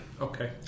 Okay